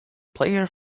players